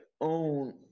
own